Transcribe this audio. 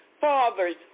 fathers